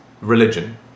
religion